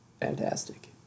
fantastic